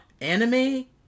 Anime